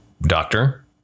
Doctor